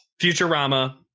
Futurama